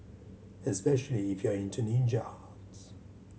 especially if you are into ninja arts